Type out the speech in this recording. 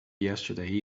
yesterday